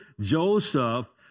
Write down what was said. Joseph